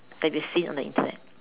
that you have seen on the Internet